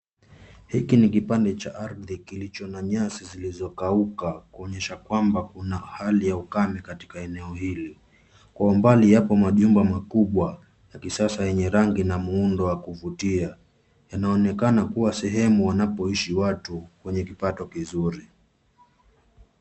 Hiki ni kipande cha ardhi kilicho na nyasi zilizokauka kuonyesha kwamba kuna hali ya ukame katika eneo hili. Kwa umbali yapo majumba makubwa ya kisasa yenye rangi na muundo wa kuvutia, yanaonekana kuwa sehemu wanapoishi watu wenye kipato kizuri.